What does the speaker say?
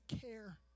care